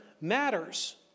matters